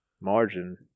margin